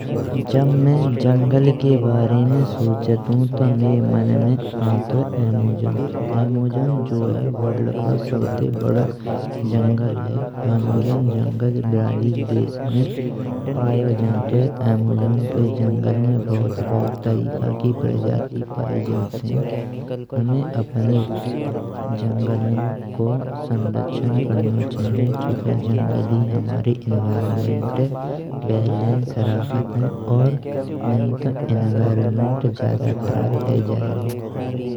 जब में जंगल के बारें में सोचंतु तो मइये मन में आन्तुये अमेजन। अमेजन जो है वर्ल्ड को सबते बड़ों जंगल है। अमेजन जंगल ब्राजील देश में पायो जान्तुये अमेजन के जंगल में बहुत बहुत तरिका की प्रजाति पाई जान्तिये। हमे अपने जंगलन्न को सुरक्षण करनो चाहियेन चूंके जंगल ही हमरे इनवायरन्मेन्टैये बैलेंस राख्तायेन। और नाहीये तो इनवायरन्मेन्ट ज्यादा खराब है जायेगो।